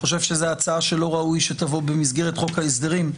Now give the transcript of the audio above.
אני חושב שזו הצעה שלא ראוי שתבוא במסגרת חוק ההסדרים.